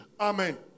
Amen